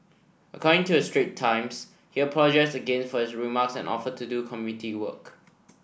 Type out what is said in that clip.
according to the Straits Times he apologised again for his remarks and offered to do community work